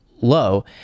low